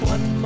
One